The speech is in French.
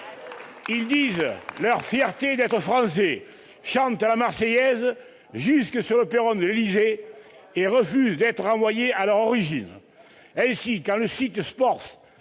Ils disent leur fierté d'être Français, chantent la jusque sur le perron de l'Élysée et refusent d'être renvoyés à leurs origines. Ainsi, quand le site Sporf